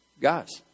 guys